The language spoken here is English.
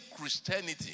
Christianity